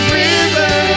river